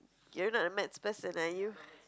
you're not a maths person are you